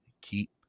Keep